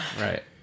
Right